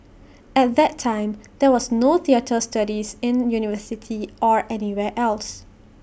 at that time there was no theatre studies in university or anywhere else